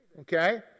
okay